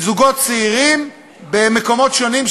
ונקבע אנחנו פיילוט של זוגות צעירים במקומות שונים,